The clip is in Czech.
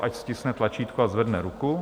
Ať stiskne tlačítko a zvedne ruku.